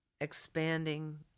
expanding